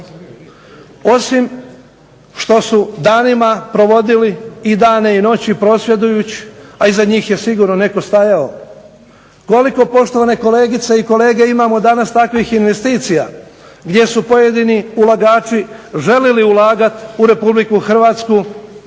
osim što su danima provodili i dane i noći prosvjedujuć, a iza njih je sigurno netko stajao. Koliko poštovane kolegice i kolege imamo danas takvih investicija gdje su pojedini ulagači želili ulagati u Republiku Hrvatsku,